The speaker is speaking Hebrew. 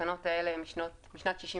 התקנות האלה הן משנת 1964,